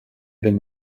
denn